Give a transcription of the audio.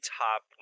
top